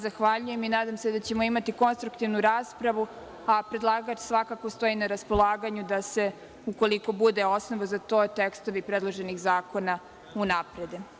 Zahvaljujem se i nadam se da ćemo imati konstruktivnu raspravu, a predlagač svakako stoji na raspolaganju da se, ukoliko bude osnova za to, tekstovi predloženih zakona unaprede.